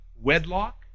wedlock